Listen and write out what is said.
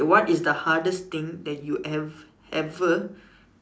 okay what is the hardest thing that you have ever